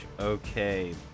Okay